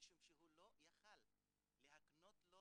משום שהוא לא יכול להקנות לו